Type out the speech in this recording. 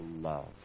love